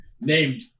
named